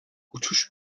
uçuş